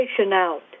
out